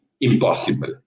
impossible